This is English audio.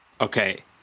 okay